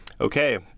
Okay